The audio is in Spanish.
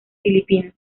filipina